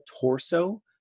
torso